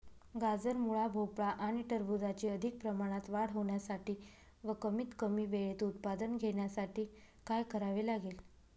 गाजर, मुळा, भोपळा आणि टरबूजाची अधिक प्रमाणात वाढ होण्यासाठी व कमीत कमी वेळेत उत्पादन घेण्यासाठी काय करावे लागेल?